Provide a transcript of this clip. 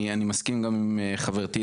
אני מסכים גם עם חברתי,